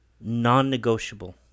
Non-negotiable